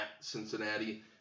Cincinnati